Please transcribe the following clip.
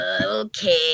okay